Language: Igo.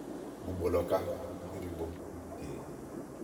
bubo lɔ ká íɖigbo tè.